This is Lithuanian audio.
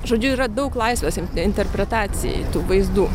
žodžiu yra daug laisvės interpretacijai tų vaizdų